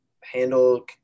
handle –